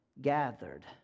gathered